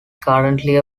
currently